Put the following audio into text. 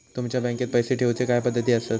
तुमच्या बँकेत पैसे ठेऊचे काय पद्धती आसत?